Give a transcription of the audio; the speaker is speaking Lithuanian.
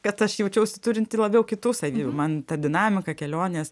kad aš jaučiausi turinti labiau kitų savybių man ta dinamika kelionės